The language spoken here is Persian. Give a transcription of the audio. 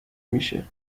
میشه